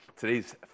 Today's